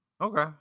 Okay